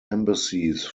embassies